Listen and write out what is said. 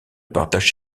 partage